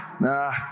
Nah